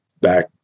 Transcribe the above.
back